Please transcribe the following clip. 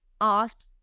asked